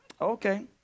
Okay